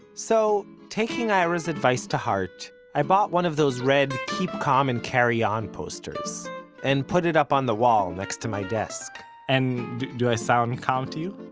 so taking ira's advice to heart, i bought one of those red keep calm and carry on posters and put it up on the wall next to my desk. and do i sound and calm to you.